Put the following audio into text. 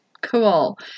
Cool